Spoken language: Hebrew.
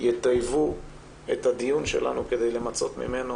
שיטייבו את הדיון שלנו, כדי למצות ממנו